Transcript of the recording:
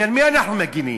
על מי אנחנו מגינים?